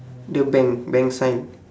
the bank bank sign